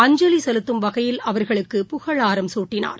அஞ்சலிசெலுத்தும் வகையில் அவர்களுக்கு புகழாரம் சூட்டினார்